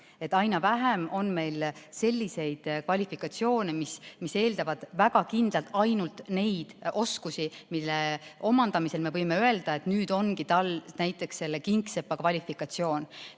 Aina vähem on selliseid kvalifikatsioone, mis eeldavad väga kindlalt ainult neid oskusi, mille omandamisel me võime öelda, et nüüd ongi tal näiteks kingsepa kvalifikatsioon.